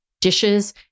dishes